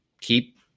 keep